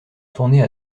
tournées